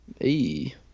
Hey